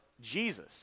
Jesus